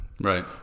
Right